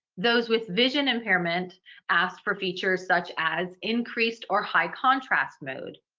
those with vision impairment ask for features such as increased or high contrast mode,